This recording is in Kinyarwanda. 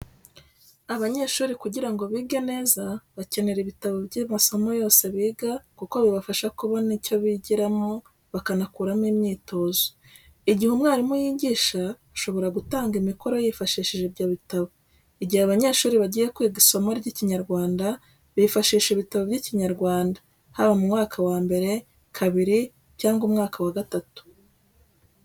Abanyeshuri kugira ngo bige neza bakenera ibitabo by'amasomo yose biga kuko bibafasha kubona icyo bigiramo bakanakuramo imyitozo. Igihe umwarimu yigisha ashobora gutanga imikoro yifashishije ibyo bitabo. Igihe abanyeshuri bagiye kwiga isomo ry'Ikinyarwanda bifashisha ibitabo by'Ikinyarwanda haba mu mwaka wa mbere, kabiri cyangwa umwaka wa gatatu.